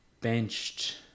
benched